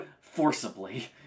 forcibly